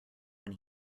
when